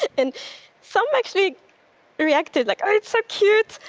and some actually reacted like, oh, it's so cute!